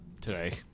today